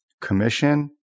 commission